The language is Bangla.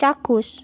চাক্ষুষ